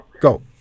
go